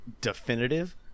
definitive